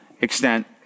extent